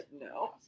no